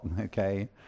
Okay